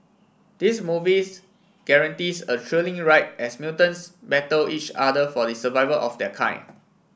this movies guarantees a thrilling ride as mutants battle each other for the survival of their kind